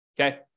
okay